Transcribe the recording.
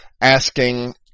asking